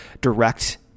direct